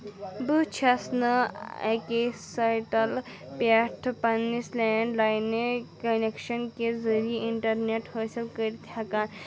بہٕ چھَس نہٕ اَکے سیٹل پٮ۪ٹھ پنٕنِس لینٛڈ لاینہِ کنٮ۪کشن کہِ ذٔریعہِ اِنٹرنٮ۪ٹ حٲصِل کٔرِتھ ہٮ۪کان